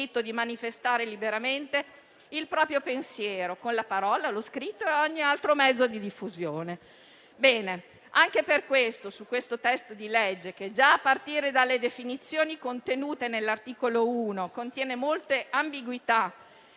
21, cioè che tutti hanno il diritto di manifestare liberamente il proprio pensiero con la parola, lo scritto e ogni altro mezzo di diffusione.